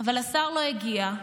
אבל השר לא הגיע.